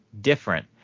different